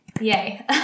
Yay